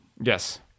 Yes